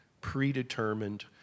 predetermined